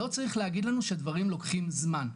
לא צריך להגיד לנו שדברים לוקחים זמן,